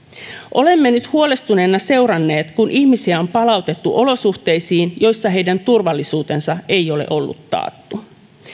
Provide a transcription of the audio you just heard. olemme nyt huolestuneina seuranneet kun ihmisiä on palautettu olosuhteisiin joissa heidän turvallisuutensa ei ole ollut taattu